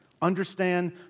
Understand